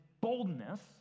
boldness